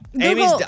Amy's